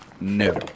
No